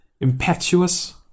Impetuous